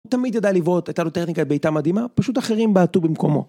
הוא תמיד ידע לבעוט, היתה לו טכניקת בעיטה מדהימה, פשוט אחרים בעטו במקומו.